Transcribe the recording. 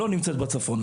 לא נמצאת בצפון,